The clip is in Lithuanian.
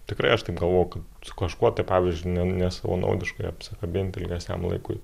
tikrai aš taip galvojau kad su kažkuo tai pavyzdžiui nesavanaudiškai apsikabinti ilgesniam laikui